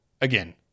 again